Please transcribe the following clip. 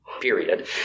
period